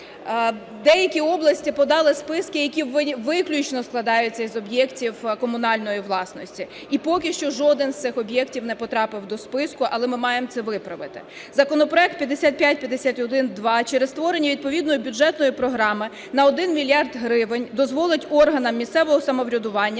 Деякі області подали списки, які виключно складаються з об'єктів комунальної власності, і поки що жоден з цих об'єктів не потрапив до списку, і ми маємо це виправити. Законопроект 5551-2 через створення відповідної бюджетної програми на 1 мільярд гривень дозволить органам місцевого самоврядування